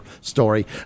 story